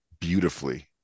beautifully